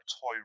toy